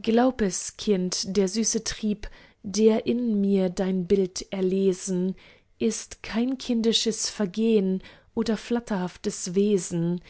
glaub es kind der süße trieb der in mir dein bild erlesen ist kein kindisches vergehn oder flatterhaftes wesen